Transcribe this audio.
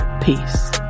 peace